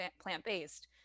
plant-based